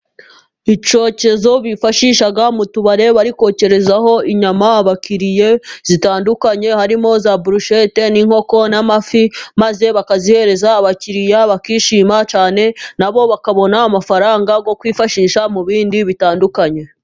Icyokezo bifashisha mu tubari bari kokerezaho inyama abakiriya zitandukanye, harimo za boroshete n'inkoko n'amafi, maze bakazihereza abakiriya, bakishima cyane, na bo bakabona amafaranga yo kwifashisha mu bindi bitandukanye.